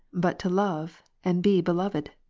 but to love, and be beloved?